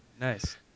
Nice